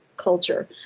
culture